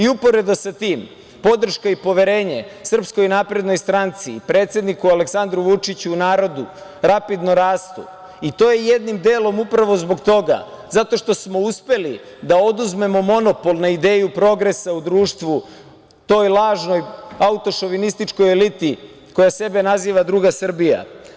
Uporedo sa tim podrška i poverenje SNS i predsedniku Aleksandru Vučiću u narodu rapidno rastu i to je jednim delom upravo zbog toga zato što smo uspeli da oduzmemo monopol na ideju progresa u društvu toj lažnoj autošovinističkoj eliti koja sebe naziva druga Srbija.